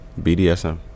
BDSM